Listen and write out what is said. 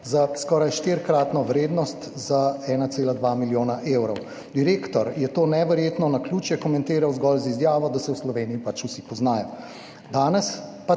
za skoraj štirikratno vrednost, za 1,2 milijona evrov. Direktor je to neverjetno naključje komentiral zgolj z izjavo, da se v Sloveniji pač vsi poznajo. Danes pa